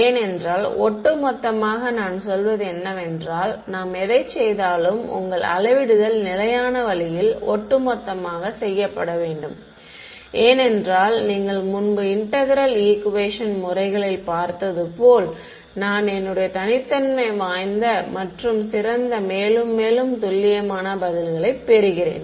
ஏனென்றால் ஒட்டுமொத்தமாக நான் சொல்வது என்னவென்றால் நாம் எதைச் செய்தாலும் உங்கள் அளவிடுதல் நிலையான வழியில் ஒட்டுமொத்தமாக செய்யப்பட வேண்டும் ஏனென்றால் நீங்கள் முன்பு இன்டெக்ரேல் ஈக்குவேஷன் முறைகளில் பார்த்தது போல் நான் என்னுடைய தனித்தன்மை வாய்ந்த மற்றும் சிறந்த மேலும் மேலும் துல்லியமான பதில்களைப் பெறுகிறேன்